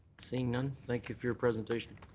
seeing none, thank you for your presentation.